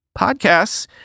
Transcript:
Podcasts